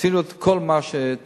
עשינו את כל מה שצריך,